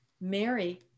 mary